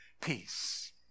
peace